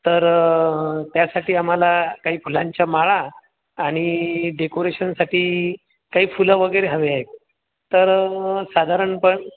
तर त्यासाठी आम्हाला काही फुलांच्या माळा आणि डेकोरेशनसाठी काही फुलं वगैरे हवे आहेत तर साधारणपणे